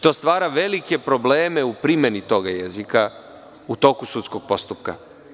To stvara velike probleme u primeni tog jezika u toku sudskoj postupka.